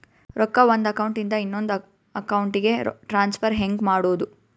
ರೊಕ್ಕ ಒಂದು ಅಕೌಂಟ್ ಇಂದ ಇನ್ನೊಂದು ಅಕೌಂಟಿಗೆ ಟ್ರಾನ್ಸ್ಫರ್ ಹೆಂಗ್ ಮಾಡೋದು?